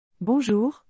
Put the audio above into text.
Bonjour